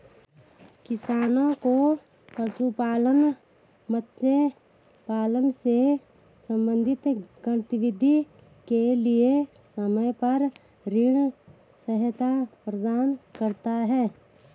किसानों को पशुपालन, मत्स्य पालन से संबंधित गतिविधियों के लिए समय पर ऋण सहायता प्रदान करता है